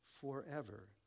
forever